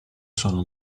sono